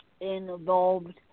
involved